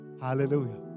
Hallelujah